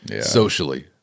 socially